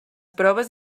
proves